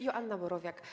Joanna Borowiak.